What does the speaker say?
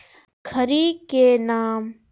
खड़ी के नाम?